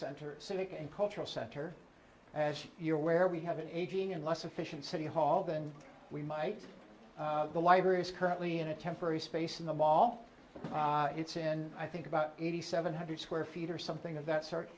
center civic and cultural center as you're aware we have an aging and less efficient city hall than we might the library is currently in a temporary space in the wall but it's in i think about eighty seven hundred square feet or something of that sort